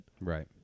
Right